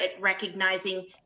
recognizing